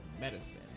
medicine